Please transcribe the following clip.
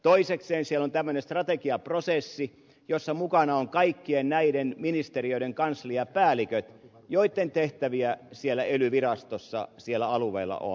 toisekseen siellä on tämmöinen strategiaprosessi jossa mukana ovat kaikkien näiden ministeriöiden kansliapäälliköt joitten tehtäviä siellä ely virastossa siellä alueella on